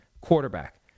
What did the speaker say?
quarterback